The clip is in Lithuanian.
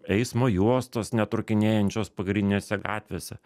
eismo juostos ne trūkinėjančios pagrindinėse gatvėse